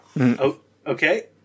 Okay